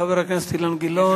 תודה לחבר הכנסת אילן גילאון.